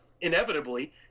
inevitably